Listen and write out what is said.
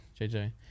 JJ